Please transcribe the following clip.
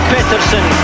Peterson